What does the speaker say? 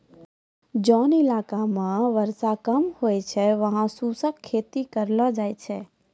जोन इलाका मॅ वर्षा कम होय छै वहाँ शुष्क खेती करलो जाय छै